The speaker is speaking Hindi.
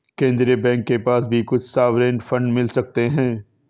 केन्द्रीय बैंक के पास भी कुछ सॉवरेन फंड मिल सकते हैं